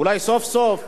אולי סוף-סוף,